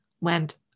went